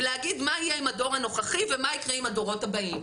ולהגיד מה יהיה עם הדור הנוכחי ומה יקרה עם הדורות הבאים?